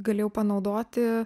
galėjau panaudoti